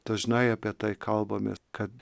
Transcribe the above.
dažnai apie tai kalbamės kad